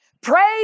Pray